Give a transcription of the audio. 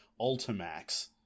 Ultimax